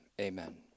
amen